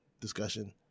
discussion